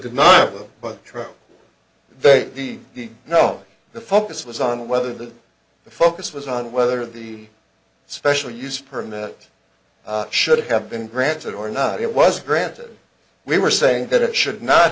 denial but true that the no the focus was on whether the focus was on whether the special use permit should have been granted or not it was granted we were saying that it should not